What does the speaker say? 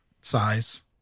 size